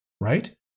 Right